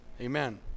Amen